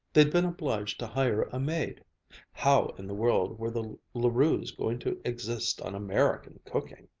they'd been obliged to hire a maid how in the world were the la rues going to exist on american cooking?